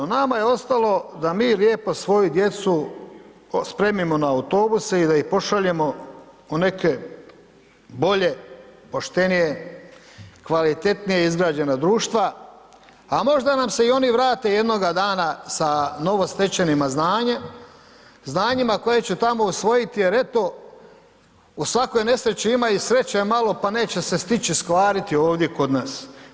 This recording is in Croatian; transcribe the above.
Nama je ostalo da mi lijepo svoju djecu spremimo na autobuse i da ih pošaljemo u neke bolje, poštenije, kvalitetnije izgrađena društva, a možda nam se i oni vrate jednoga dana sa novostečenim znanjima koje će tamo usvojiti jer eto u svakoj nesreći ima i sreće malo, pa neće se stić iskvariti ovdje kod nas.